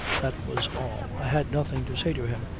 that was all. i had nothing to say to him.